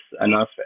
enough